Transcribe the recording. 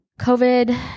covid